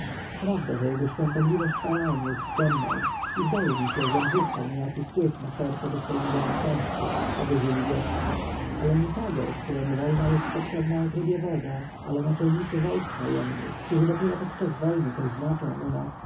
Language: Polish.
prawda że jego świątobliwość faraon jest za mną i zdaje mi się żem pozyskał niejaki wpływ na serce dostojnego następcy oby żyli wiecznie ale nitager któremu wojna jest potrzebna jak rybie woda ale naczelnicy wojsk najemnych którzy dopiero podczas wojny coś znaczą u nas